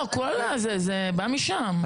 זה בא משם.